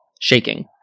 shaking